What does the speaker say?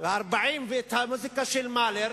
ואת המוזיקה של מאהלר,